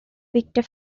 victor